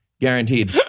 guaranteed